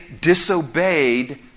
disobeyed